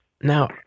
now